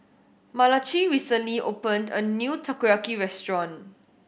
Malachi recently opened a new Takoyaki restaurant